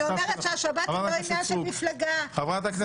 ואני אומרת שהשבת היא לא עניין של מפלגה -- חברת הכנסת סטרוק.